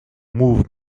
move